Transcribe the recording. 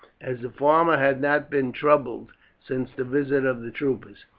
as the farmer had not been troubled since the visit of the troopers,